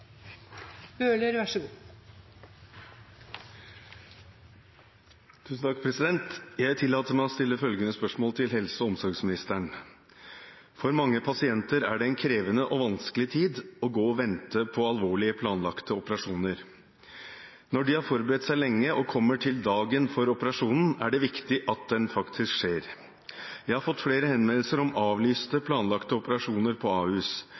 omsorgsministeren: «For mange pasienter er det en krevende og vanskelig tid å gå og vente på alvorlige, planlagte operasjoner. Når de har forberedt seg lenge og kommer til dagen for operasjonen, er det viktig at den faktisk skjer. Jeg har fått flere henvendelser om avlyste planlagte operasjoner på Ahus.